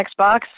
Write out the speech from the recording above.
Xbox